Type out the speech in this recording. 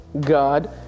God